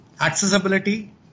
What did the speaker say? accessibility